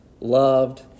loved